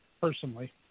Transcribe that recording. personally